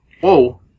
Whoa